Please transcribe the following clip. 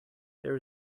there